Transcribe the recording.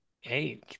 hey